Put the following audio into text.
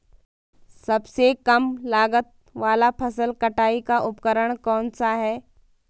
सबसे कम लागत वाला फसल कटाई का उपकरण कौन सा है?